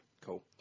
cool